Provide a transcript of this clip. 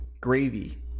Gravy